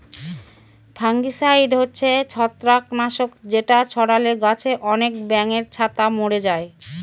fungicide হচ্ছে ছত্রাক নাশক যেটা ছড়ালে গাছে আনেক ব্যাঙের ছাতা মোরে যায়